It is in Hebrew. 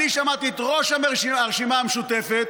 שמעתי את ראש הרשימה המשותפת,